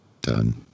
Done